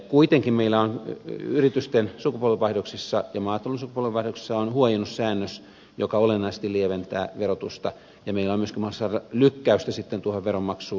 kuitenkin meillä on yritysten sukupolvenvaihdoksissa ja maatalouden sukupolvenvaihdoksissa huojennussäännös joka olennaisesti lieventää verotusta ja meillä on myöskin mahdollisuus saada lykkäystä sitten tuohon veronmaksuun